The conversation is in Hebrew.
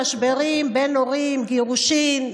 במשברים בין הורים ובגירושין,